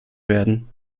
werden